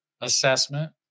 assessment